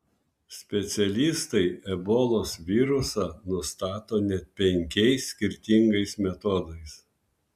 specialistai ebolos virusą nustato net penkiais skirtingais metodais